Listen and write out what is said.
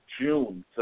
June